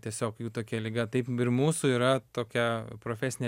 tiesiog jų tokia liga taip ir mūsų yra tokia profesinė